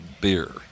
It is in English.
beer